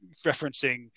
referencing